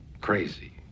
crazy